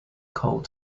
cold